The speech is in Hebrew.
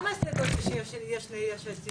כמה הסתייגויות יש ליש עתיד?